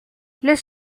les